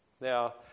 Now